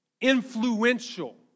influential